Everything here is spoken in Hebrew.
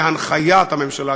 בהנחיית הממשלה,